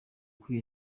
kuri